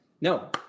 no